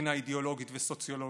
מבחינה אידיאולוגית וסוציולוגית,